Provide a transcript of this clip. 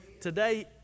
Today